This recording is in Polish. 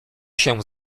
się